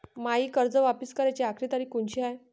मायी कर्ज वापिस कराची आखरी तारीख कोनची हाय?